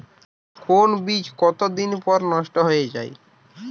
কোন বীজ কতদিন পর নষ্ট হয়ে য়ায়?